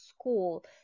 school